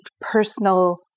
personal